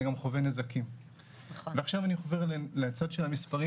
אלא גם חווה נזקים ועכשיו אני חובר אליהם לצד של המספרים,